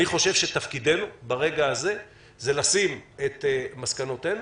אני חושב שתפקידנו להציג את מסקנותינו,